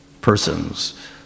persons